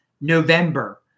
November